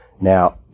Now